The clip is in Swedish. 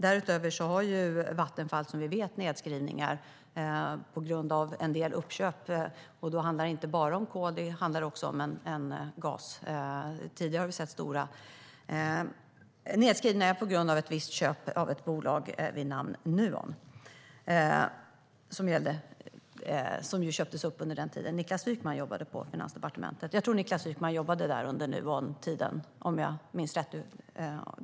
Därutöver har Vattenfall, som vi vet, nedskrivningar på grund av en del uppköp, och då handlar det inte bara om kol utan också om gas. Vi har tidigare sett stora nedskrivningar på grund av köpet av ett visst bolag vid namn Nuon, som köptes upp under den tid då Niklas Wykman jobbade på Finansdepartementet. Jag tror att han jobbade där under Nuontiden, om jag minns rätt.